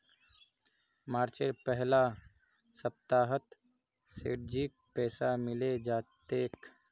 मार्चेर पहला सप्ताहत सेठजीक पैसा मिले जा तेक